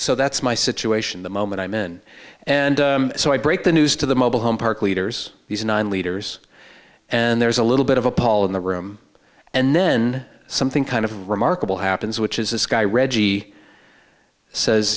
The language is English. so that's my situation the moment i'm in and so i break the news to the mobile home park leaders these nine leaders and there's a little bit of a pall in the room and then something kind of remarkable happens which is this guy reggie says